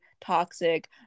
toxic